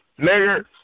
Nigger